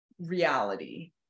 reality